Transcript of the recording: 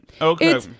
Okay